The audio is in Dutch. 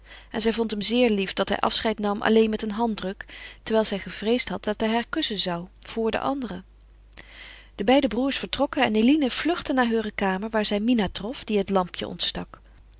en zij vond hem zeer lief dat hij afscheid nam alleen met een handdruk terwijl zij gevreesd had dat hij haar kussen zou voor de anderen de beide broêrs vertrokken en eline vluchtte naar heure kamer waar zij mina trof die het lampje ontstak